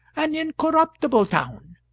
an incorruptible town,